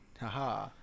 haha